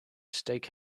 steak